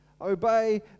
Obey